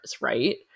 right